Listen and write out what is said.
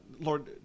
Lord